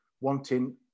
wanting